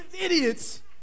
idiots